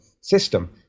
system